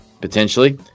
Potentially